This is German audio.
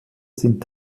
sind